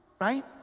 right